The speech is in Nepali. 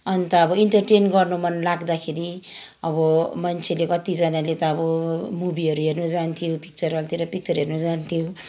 अन्त अब इन्टरटेन गर्नु मन लाग्दाखेरि अब मान्छेले कतिजनाले त अब मुभीहरू हेर्नु जान्थ्यो पिक्चर हलतिर पिक्चर हेर्नु जान्थ्यो